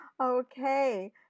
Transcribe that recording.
Okay